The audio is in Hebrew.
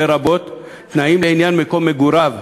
לרבות תנאים לעניין מקום מגוריו,